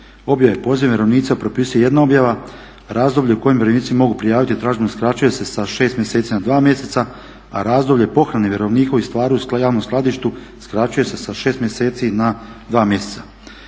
razumije./… vjerovnika propisuje jedna objava, razdoblje u kojem vjerovnici mogu prijaviti tražbinu skraćuje se sa 6 mjeseci na 2 mjeseca a razdoblje pohrane vjerovnikovih stvari u javnom skladištu skraćuje se sa 6 mjeseci na 2 mjeseca.